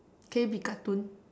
can you be cartoon